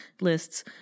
lists